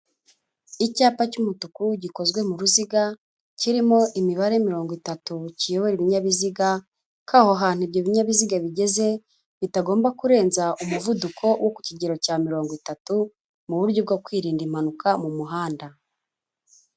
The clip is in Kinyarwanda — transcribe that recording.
Icyapa cy'umutuku gikozwe mu ruziga, kirimo imibare mirongo itatu kiyobora ibinyabiziga ko aho hantu ibyo binyabiziga bigeze, bitagomba kurenza umuvuduko wo ku kigero cya mirongo itatu, mu buryo bwo kwirinda impanuka mu muhanda.